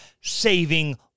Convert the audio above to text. saving